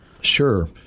Sure